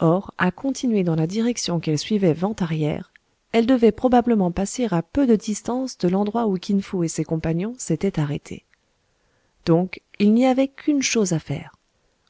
or à continuer dans la direction qu'elle suivait vent arrière elle devait probablement passer à peu de distance de l'endroit où kinfo et ses compagnons s'étaient arrêtés donc il n'y avait qu'une chose à faire